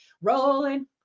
Rolling